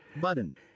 button